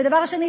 ודבר שני,